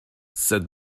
said